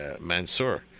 Mansour